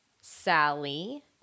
Sally